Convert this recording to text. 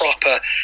proper